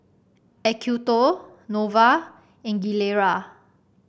Acuto Nova and Gilera